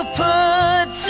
put